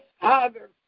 Father